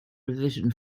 revision